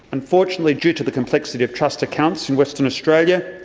unfortunately, due to the complexity of trust accounts in western australia,